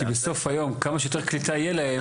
כי בסוף היום כמה שיותר קליטה יהיה להן,